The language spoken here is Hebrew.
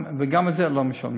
וגם את זה לא משלמים.